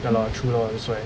ya lah true lor that's why